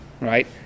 right